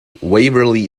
waverly